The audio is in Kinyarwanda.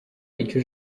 icyo